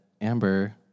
Amber